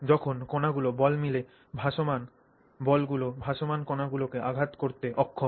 যখন কণাগুলি বল মিলে ভাসমান বলগুলি ভাসমান কণাগুলিকে আঘাত করতে অক্ষম